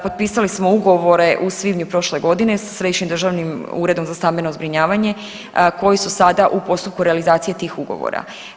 Potpisali smo ugovore u svibnju prošle godine sa Središnjim državnim uredom za stambenom zbrinjavanje koji su sada u postupku realizacije tih ugovora.